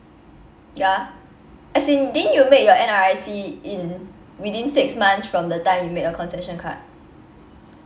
ya as in didn't you make your N_R_I_C in within six months from the time you make your concession card